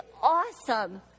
awesome